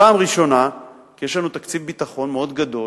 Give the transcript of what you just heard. פעם ראשונה כי יש לנו תקציב ביטחון מאוד גדול,